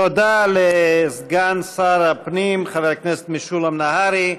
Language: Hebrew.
תודה לסגן שר הפנים חבר הכנסת משולם נהרי.